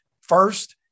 first